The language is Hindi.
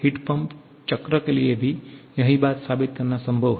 हीट पंप चक्र के लिए भी यही बात साबित करना संभव है